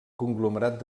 conglomerat